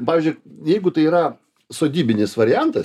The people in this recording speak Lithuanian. pavyzdžiui jeigu tai yra sodybinis variantas